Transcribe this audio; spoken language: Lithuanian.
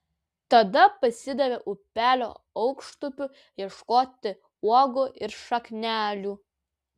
tada pasidavė upelio aukštupiu ieškoti uogų ir šaknelių